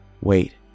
wait